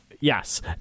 yes